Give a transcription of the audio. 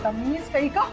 mistake. ah